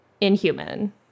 inhuman